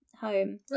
home